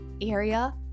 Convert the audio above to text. area